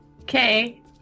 Okay